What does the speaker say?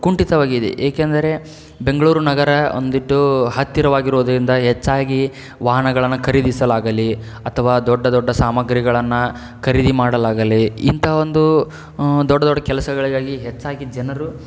ಕುಂಟಿತವಾಗಿದೆ ಏಕೆಂದರೆ ಬೆಂಗಳೂರು ನಗರ ಒಂದಿಟ್ಟು ಹತ್ತಿರವಾಗಿರೋದರಿಂದ ಹೆಚ್ಚಾಗಿ ವಾಹನಗಳನ್ನು ಖರೀದಿಸಲಾಗಲಿ ಅಥವಾ ದೊಡ್ಡ ದೊಡ್ಡ ಸಾಮಗ್ರಿಗಳನ್ನು ಖರೀದಿ ಮಾಡಲಾಗಲಿ ಇಂತಹ ಒಂದು ದೊಡ್ಡ ದೊಡ್ಡ ಕೆಲಸಗಳಿಗಾಗಿ ಹೆಚ್ಚಾಗಿ ಜನರು